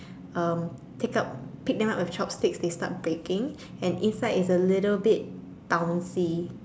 um pick up pick them up with chopsticks they start breaking and inside is a little bit bouncy